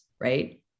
right